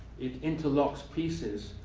it interlocks pieces,